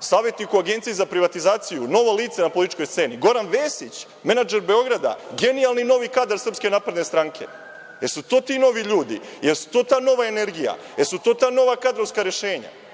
savetnik u Agenciji za privatizaciju, novo lice na političkoj sceni. Goran Vesić, menadžer Beograda, genijalni novi kadar SNS. Da li su to ti novi ljudi? Da li je to ta nova energija? Da su to ta nova kadrovska rešenja?